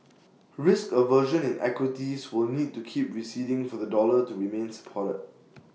risk aversion in equities will need to keep receding for the dollar to remain supported